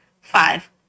Five